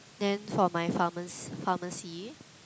then for my pharmac~ pharmacy